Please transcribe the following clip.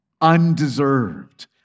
undeserved